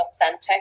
authentic